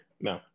No